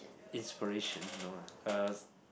inspiration no lah uh